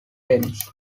tennis